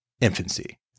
infancy